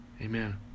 Amen